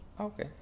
Okay